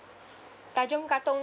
kajong katong